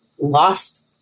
lost